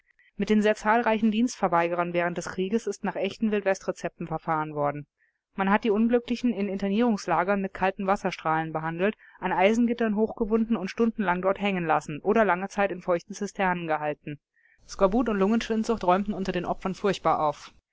mit den sehr zahlreichen dienstverweigerern während des krieges ist nach echten wildwestrezepten verfahren worden man hat die unglücklichen in internierungslagern mit kalten wasserstrahlen behandelt an eisengittern hochgewunden und stundenlang dort hängen lassen oder lange zeit in feuchten zisternen gehalten skorbut und lungenschwindsucht räumten unter den opfern furchtbar auf